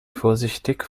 vorsichtig